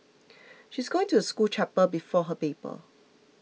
she's going to the school chapel before her paper